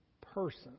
person